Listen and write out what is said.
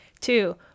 two